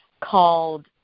called